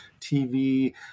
TV